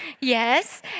Yes